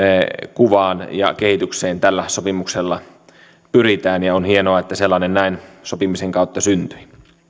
kuvaan ja kehitykseen tällä sopimuksella pyritään ja on hienoa että sellainen näin sopimisen kautta syntyi